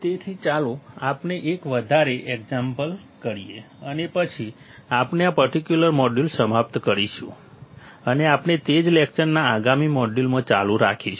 તેથી ચાલો આપણે એક વધારે એક્ઝામ્પલ કરીએ અને પછી આપણે આ પર્ટિક્યુલર મોડ્યુલ સમાપ્ત કરીશું અને આપણે તે જ લેકચરના આગામી મોડ્યુલમાં ચાલુ રાખીશું